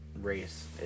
race